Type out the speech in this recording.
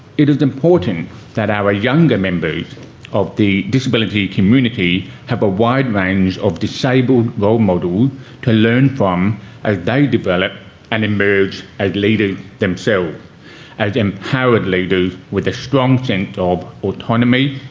it is important that our younger members of the disability community have a wide range of disabled role models to learn from as they develop and emerge as leaders themselves as empowered leaders with a strong of autonomy,